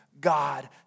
God